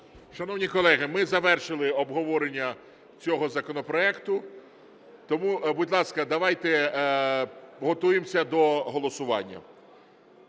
Шановні колеги, ми завершили обговорення цього законопроекту. Тому, будь ласка, давайте готуємося до голосування.